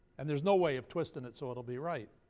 and there's no way of twisting it so it'll be right.